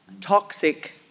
Toxic